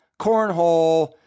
cornhole